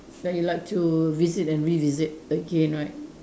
that you to visit and revisit again right